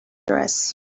dress